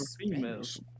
females